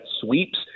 sweeps